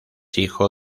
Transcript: hijo